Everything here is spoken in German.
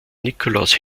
nikolaus